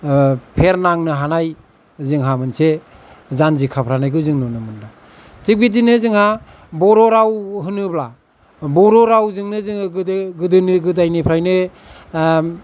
फेर नांनो हानाय जोंहा मोनसे जानजि खाफ्रानायखौ जों नुनो मोनदों थिग बिदिनो जोंहा बर' राव होनोब्ला बर' रावजोंनो जोङो गोदो गोदोनो गोदायनिफ्रायनो